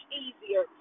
easier